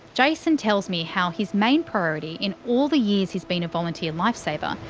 jayson tells me how his main priority in all the years he's been a volunteer lifesaver,